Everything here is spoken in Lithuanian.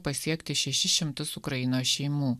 pasiekti šešis šimtus ukrainos šeimų